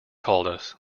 called